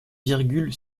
virgule